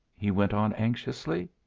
he went on anxiously.